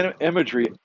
imagery